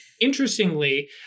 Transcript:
interestingly